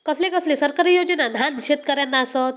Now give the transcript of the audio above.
कसले कसले सरकारी योजना न्हान शेतकऱ्यांना आसत?